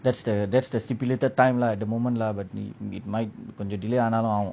that's the that's the stipulated time lah at the moment lah but it might கொஞ்ச:konja delay ஆனாலும் ஆகும்:aanalum aagum